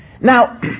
Now